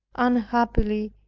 unhappily,